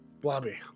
blobby